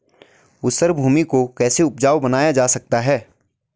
ऊसर भूमि को कैसे उपजाऊ बनाया जा सकता है?